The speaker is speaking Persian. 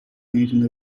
نمیتونه